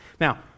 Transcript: Now